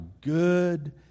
good